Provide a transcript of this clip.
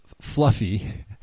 Fluffy